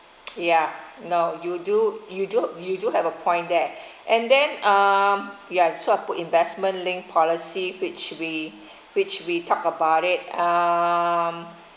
ya no you do you do you do have a point there and then um ya so I put investment linked policy which we which we talk about it um